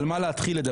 על מה להתחיל לדבר.